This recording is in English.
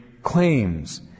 Claims